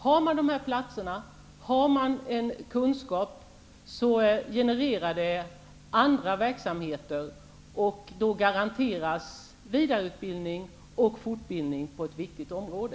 Har man platser och kunskap så genererar det andra verksamheter, och då garanteras vidareutbildning och fortbildning på ett viktigt område.